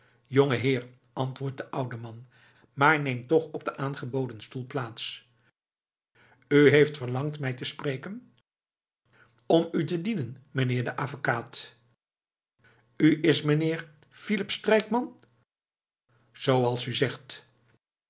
jongeheer antwoordt de oude man maar neemt toch op den aangeboden stoel plaats u heeft verlangd mij te spreken om u te dienen meneer de avekaat u is mijnheer philip strijkman zooals u zegt